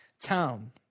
town